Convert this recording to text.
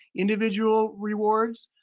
individual rewards,